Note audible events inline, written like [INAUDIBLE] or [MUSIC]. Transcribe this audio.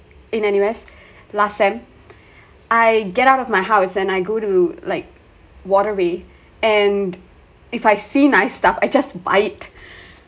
in N_U_S last sem~ I get out of my house and I go to like waterway and if I see nice stuff I just buy it [LAUGHS] I just buy it